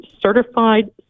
certified